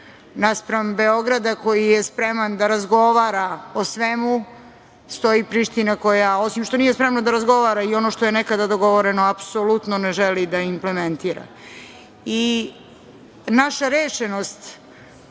Beograda koji je spreman da razgovara o svemu stoji Priština koja, osim što nije spremana da razgovara i ono što je nekada dogovoreno apsolutno ne želi da implementira. Naša rešenost,